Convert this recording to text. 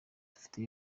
dufite